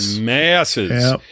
masses